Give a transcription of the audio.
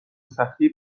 سختی